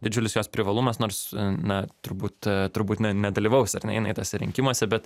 didžiulis jos privalumas nors na turbūt turbūt ne nedalyvaus ar ne jinai tuose rinkimuose bet